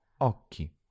occhi